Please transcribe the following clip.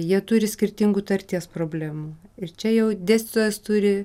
jie turi skirtingų tarties problemų ir čia jau dėstytojas turi